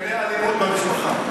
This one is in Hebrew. בענייני אלימות במשפחה.